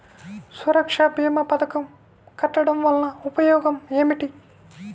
సురక్ష భీమా పథకం కట్టడం వలన ఉపయోగం ఏమిటి?